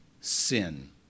sin